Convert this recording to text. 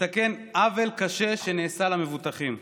שתתקן עוול קשה שנעשה למבוטחים.